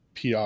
PR